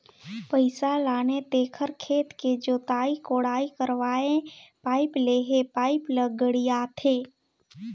पइसा लाने तेखर खेत के जोताई कोड़ाई करवायें पाइप लेहे पाइप ल गड़ियाथे